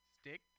Stick